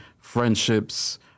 friendships